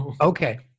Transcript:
Okay